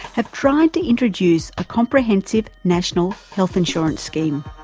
have tried to introduce a comprehensive national health insurance scheme.